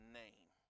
name